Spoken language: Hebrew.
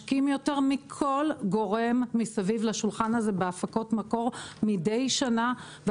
משקיעים יותר מכל גורם מסביב לשולחן הזה בהפקות מקור מידי שנה.